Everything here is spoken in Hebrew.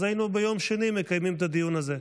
אז היינו ביום שני מקיימים את הדיון הזה.